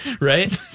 Right